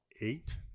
eight